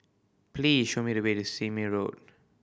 please show me the way to Sime Road